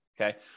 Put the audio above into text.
Okay